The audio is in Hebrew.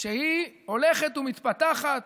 שהיא הולכת ומתפתחת,